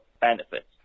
benefits